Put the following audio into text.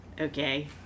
Okay